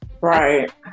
Right